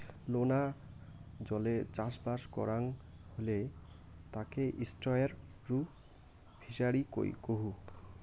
লোনা জলে চাষবাস করাং হলি তাকে এস্টুয়ারই ফিসারী কুহ